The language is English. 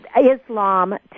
Islam